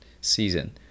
season